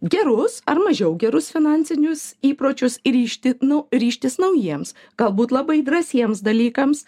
gerus ar mažiau gerus finansinius įpročius ryžti nu ryžtis naujiems galbūt labai drąsiems dalykams